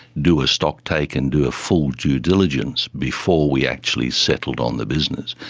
do a stocktake and do a full due diligence before we actually settled on the business,